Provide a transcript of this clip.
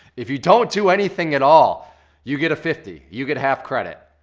if you don't do anything at all you get a fifty. you get half credit.